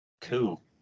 Cool